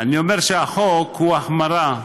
אני אומר שהחוק הוא החמרה,